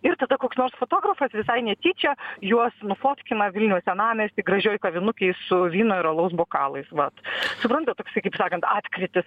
ir tada koks nors fotografas visai netyčia juos nufotkina vilniaus senamiesty gražioj kavinukėj su vyno ir alaus bokalais vat suprantat kaip sakant atkritis